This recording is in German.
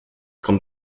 kommt